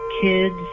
Kids